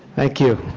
thank you.